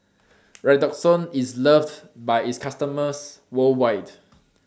Redoxon IS loved By its customers worldwide